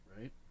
right